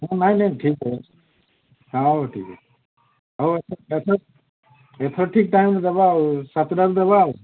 ହଁ ନାଇଁ ନାଇଁ ଠିକ୍ ଅଛି ହଁ ହଉ ଠିକ୍ ଅଛି ହଉ ଏଥର ଠିକ୍ ଟାଇମ୍ରେ ଦେବା ଆଉ ସାତଟାରୁ ଦେବା ଆଉ